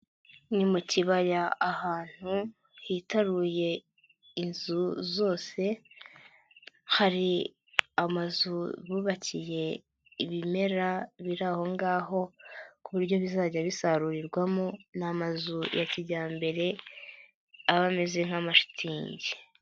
Ni mu kibaya ahantu hitaruye inzu zose, hari amazu bubakiye ibimera biri aho ngaho ku buryo bizajya bisarurirwamo, ni amazu ya kijyambere, aba ameze nk'amashitingi.